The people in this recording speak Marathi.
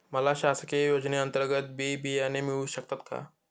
मला शासकीय योजने अंतर्गत बी बियाणे मिळू शकतात का?